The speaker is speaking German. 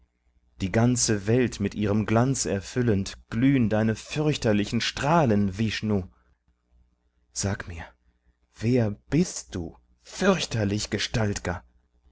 die ganze welt mit ihrem glanz erfüllend glühn deine fürchterlichen strahlen vishnu sag mir wer bist du